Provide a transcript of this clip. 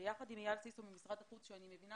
יחד עם אייל סיסו ממשרד החוץ שאני מבינה